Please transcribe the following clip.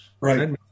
right